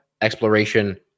exploration